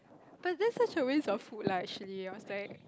but this such a waste of food lah actually I was like